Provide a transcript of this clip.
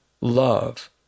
love